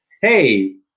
hey